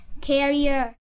carrier